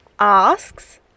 asks